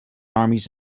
armies